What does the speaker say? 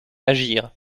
agir